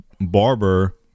barber